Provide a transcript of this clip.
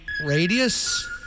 Radius